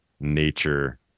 nature